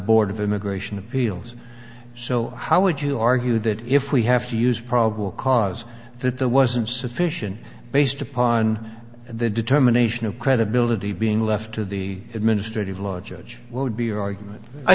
board of immigration appeals so how would you argue that if we have to use probable cause that there wasn't sufficient based upon the determination of credibility being left to the administrative law judge would be your argument i